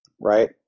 Right